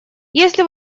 если